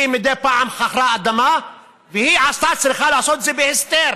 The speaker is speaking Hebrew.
היא מדי פעם חכרה אדמה והיא הייתה צריכה לעשות את זה בהסתר.